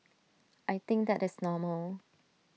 I think that is normal